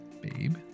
babe